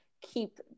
keep